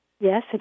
Yes